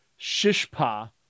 Shishpa